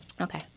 Okay